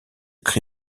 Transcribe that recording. cri